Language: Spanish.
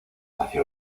nació